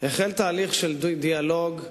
החל תהליך של דיאלוג,